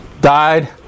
Died